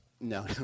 No